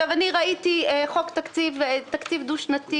אני ראיתי חוק תקציב דו-שנתי,